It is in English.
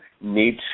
need